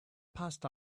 passed